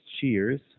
cheers